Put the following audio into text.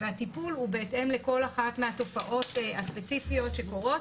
והטיפול הוא בהתאם לכל אחת מהתופעות הספציפיות שקורות.